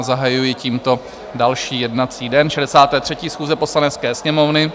Zahajuji tímto další jednací den 63. schůze Poslanecké sněmovny.